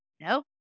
no